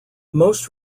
most